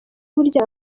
burya